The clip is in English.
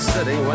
City